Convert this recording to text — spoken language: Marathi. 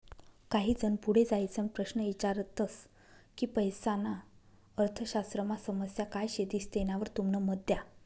काही जन पुढे जाईसन प्रश्न ईचारतस की पैसाना अर्थशास्त्रमा समस्या काय शेतीस तेनावर तुमनं मत द्या